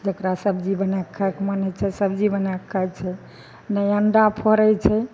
जेकरा सबजी बनाए कऽ खाइके मन होइत छै सबजी बनाएके खाइ छै नहि अण्डा फोड़ैत छै